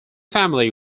family